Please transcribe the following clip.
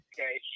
Okay